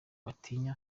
batinya